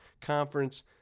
conference